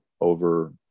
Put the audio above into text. over